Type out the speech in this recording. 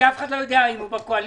אנחנו בקואליציה למען מדינת ישראל.